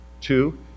Two